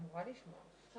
אני רוצה